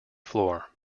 floor